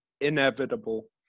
inevitable